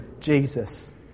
Jesus